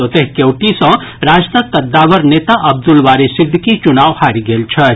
ओतहि केवटी सॅ राजदक कद्दावर नेता अब्दुल बारी सिद्दीकी चुनाव हारि गेल छथि